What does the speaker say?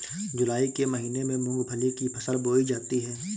जूलाई के महीने में मूंगफली की फसल बोई जाती है